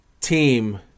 team